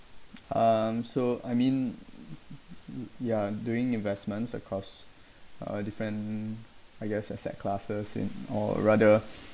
um so I mean ya I'm doing investments across uh different I guess asset classes in or rather